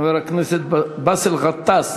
חבר הכנסת באסל גטאס,